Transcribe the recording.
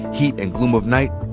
heat, and gloom of night,